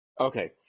Okay